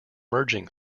merging